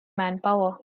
manpower